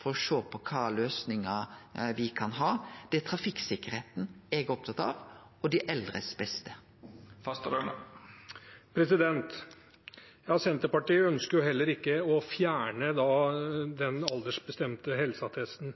for å sjå på kva løysingar me kan ha. Det er trafikksikkerheita eg er opptatt av, og det som er best for dei eldre. Senterpartiet ønsker heller ikke å fjerne den aldersbestemte helseattesten.